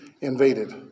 invaded